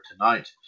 tonight